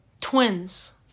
Twins